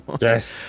Yes